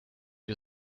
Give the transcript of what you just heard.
you